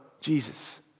Jesus